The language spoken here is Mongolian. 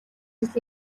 жил